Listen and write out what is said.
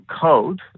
code